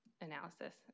analysis